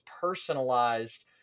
personalized